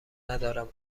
ندارم